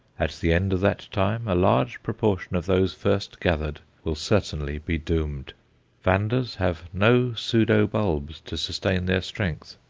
at the end of that time a large proportion of those first gathered will certainly be doomed vandas have no pseudo-bulbs to sustain their strength.